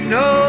no